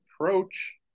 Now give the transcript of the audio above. approach